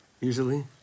Usually